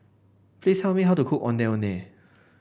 please tell me how to cook Ondeh Ondeh